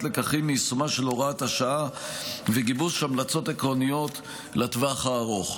לקחים מיישומה של הוראת השעה וגיבוש המלצות עקרוניות לטווח הארוך.